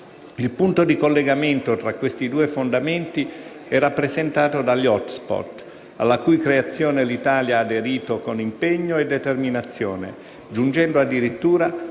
Il punto di collegamento tra questi due fondamenti è rappresentato dagli *hotspot*, alla cui creazione l'Italia ha aderito con impegno e determinazione, giungendo addirittura